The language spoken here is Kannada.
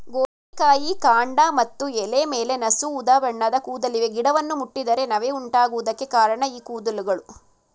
ಗೋರಿಕಾಯಿ ಕಾಂಡ ಮತ್ತು ಎಲೆ ಮೇಲೆ ನಸು ಉದಾಬಣ್ಣದ ಕೂದಲಿವೆ ಗಿಡವನ್ನು ಮುಟ್ಟಿದರೆ ನವೆ ಉಂಟಾಗುವುದಕ್ಕೆ ಕಾರಣ ಈ ಕೂದಲುಗಳು